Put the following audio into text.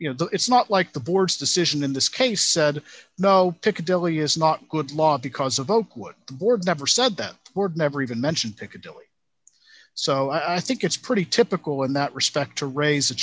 you know so it's not like the board's decision in this case said no piccadilly is not good law because of oakwood the board never said that word never even mentioned piccadilly so i think it's pretty typical in that respect to raise the